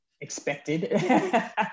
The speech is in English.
expected